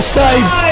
saved